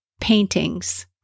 paintings